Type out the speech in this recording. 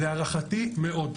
להערכתי מאוד,